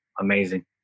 amazing